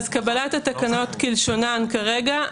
אז קבלת התקנות כלשונן כרגע,